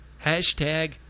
hashtag